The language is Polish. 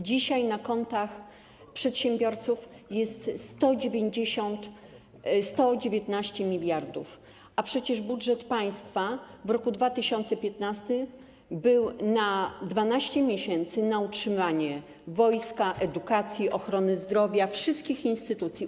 Dzisiaj na kontach przedsiębiorców jest 119 mld zł, a przecież budżet państwa w roku 2015 był na 12 miesięcy na utrzymanie wojska, edukacji, ochrony zdrowia, wszystkich instytucji.